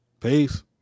Peace